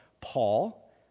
Paul